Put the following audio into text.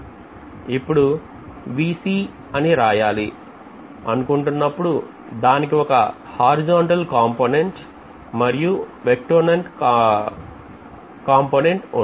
ఇప్పుడు Vc రాయాలి అనుకున్నప్పుడు దానికి ఒక హారిజాంటల్ కాంపొనెంట్ మరియు vertical కాంపోనెంట్ ఉంటాయి